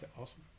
awesome